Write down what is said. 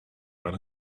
out